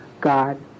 God